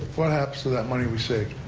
what happens to that money we saved?